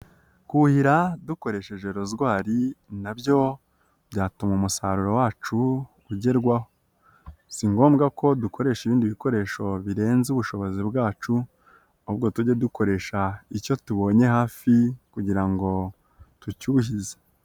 Kuhira dukoresheje rozwari na byo byatuma umusaruro wacu ugerwaho, si ngombwa ko dukoresha ibindi bikoresho birenze ubushobozi bwacu, ahubwo tujye dukoresha icyo tubonye hafi kugira ngo tucyuhize.